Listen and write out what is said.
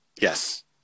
Yes